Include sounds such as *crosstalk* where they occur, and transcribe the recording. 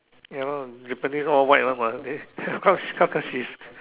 ya lah Japanese all white one what they *laughs* of of course she's